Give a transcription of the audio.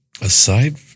Aside